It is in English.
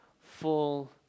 full